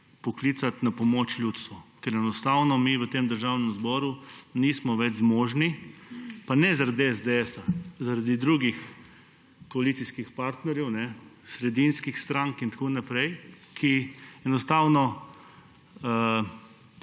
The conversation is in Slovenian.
poklicati na pomoč ljudstvo, ker enostavno mi v tem državnem zboru nismo več zmožni, pa ne zaradi SDS, zaradi drugih koalicijskih partnerjev, sredinskih strank, ki enostavno